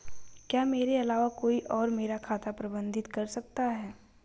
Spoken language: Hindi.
क्या मेरे अलावा कोई और मेरा खाता प्रबंधित कर सकता है?